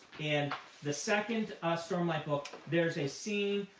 in the second stormlight book there's a scene,